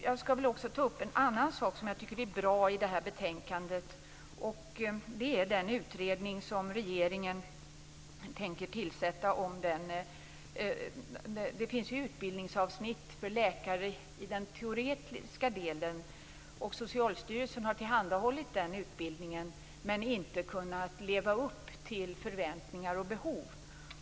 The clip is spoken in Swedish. Jag vill också ta upp en annan sak som är bra i det här betänkandet. Det gäller den utredning som regeringen tänker tillsätta. Det finns utbildningsavsnitt för läkare i den teoretiska delen som Socialstyrelsen har tillhandahållit, men man har inte kunnat leva upp till förväntningar och behov.